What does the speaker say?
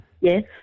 Yes